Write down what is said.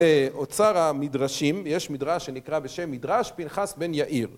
‫אוצר המדרשים, יש מדרש שנקרא ‫בשם מדרש פנחס בן יאיר.